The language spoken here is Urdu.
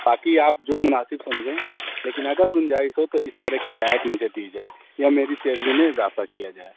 باقی آپ جو مناسب سمجھیں لیکن اگر گنجائش ہو تو اس طرح کی رعایت مجھے دی جائے یا میری سیلی میں اضافہ کیا جائے